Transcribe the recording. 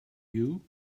you